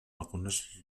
algunes